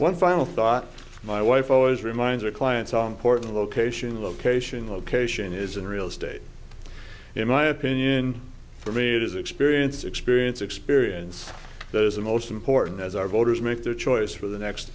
one final thought my wife always reminds her clients all important location location location is in real estate in my opinion for me it is experience experience experience that is the most important as our voters make their choice for the next